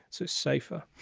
so safer